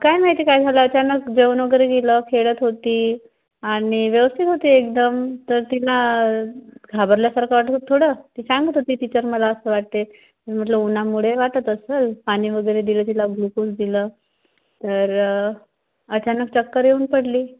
काय माहिती काय झालं अचानक जेवण वगैरे केलं खेळत होती आणि व्यवस्थित होती एकदम तर तिला घाबरल्यासारखं वाटलं थोडं ती सांगत होती टीचर मला असं वाटतं आहे मी म्हटलं उन्हामुळे वाटत असेल पाणी वगैरे दिलं तिला ग्लुकोज दिलं तर अचानक चक्कर येऊन पडली